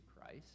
Christ